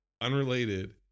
unrelated